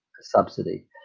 subsidy